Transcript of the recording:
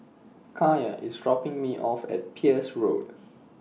Kaiya IS dropping Me off At Peirce Road